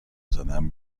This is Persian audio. زدن